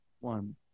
one